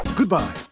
Goodbye